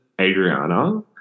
Adriana